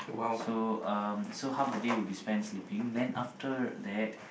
so um so half the day will be spent sleeping then after that